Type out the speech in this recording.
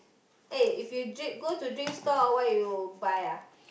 eh if you dr~ go to drink stall ah what you buy ah